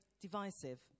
divisive